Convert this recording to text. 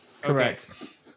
Correct